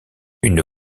une